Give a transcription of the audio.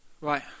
Right